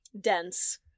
dense